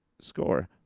score